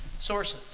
sources